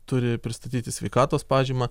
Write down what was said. turi pristatyti sveikatos pažymą